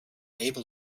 able